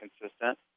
consistent